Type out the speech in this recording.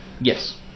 Yes